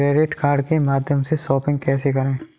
Credit card के माध्यम से शॉपिंग कैसे करें?